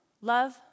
Love